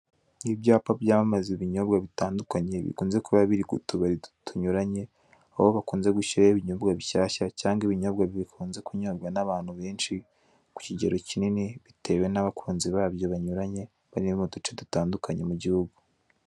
Ibyapa byamamaza ibinyobwa bitandukanye bikunze kuba biri ku tubari tunyuranye, aho bakunze gushyiraho ibinyobwa bishyashya cyangwa ibinyobwa bikunze kunyobwa n'abantu benshi kukigero kinini. Bitewe n'abakunzi babyo benshi bari mu gihugu.